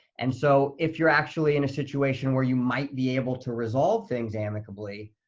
and so if you're actually in a situation where you might be able to resolve things amicably,